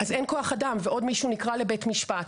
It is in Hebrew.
אז אין כוח אדם, ועוד מישהו נקרא לבית המשפט